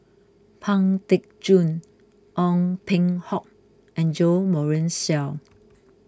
Pang Teck Joon Ong Peng Hock and Jo Marion Seow